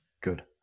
Good